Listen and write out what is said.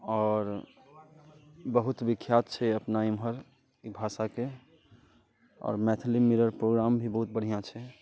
आओर बहुत विख्यात छै अपना एम्हर ई भाषाके आओर मैथिली मिरर प्रोग्राम भी बहुत बढ़िआँ छै